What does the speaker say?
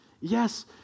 yes